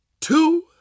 two